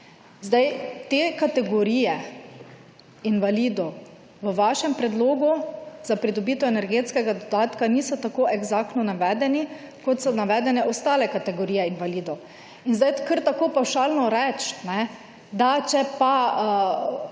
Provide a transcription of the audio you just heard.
Te kategorije invalidov v vašem predlogu za pridobitev energetskega dodatka niso tako eksaktno navedeni kot so navedene ostale kategorije invalidov. In sedaj kar tako pavšalno reči, da če pa